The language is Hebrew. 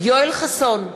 יואל חסון,